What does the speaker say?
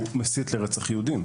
הוא מסית לרצח יהודים.